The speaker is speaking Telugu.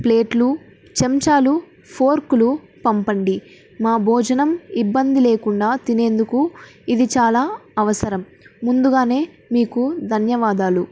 ప్లేట్లు చెంచాలు ఫోర్కులు పంపండి మా భోజనం ఇబ్బంది లేకుండా తినేందుకు ఇది చాలా అవసరం ముందుగానే మీకు ధన్యవాదాలు